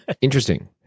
Interesting